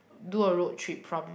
do a road trip from